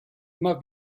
immer